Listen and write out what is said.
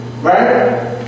Right